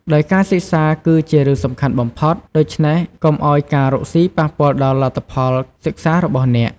ដោយការសិក្សាគឺជារឿងសំខាន់បំផុត ដូច្នេះកុំឱ្យការរកស៊ីប៉ះពាល់ដល់លទ្ធផលសិក្សារបស់អ្នក។